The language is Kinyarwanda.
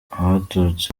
abaturutse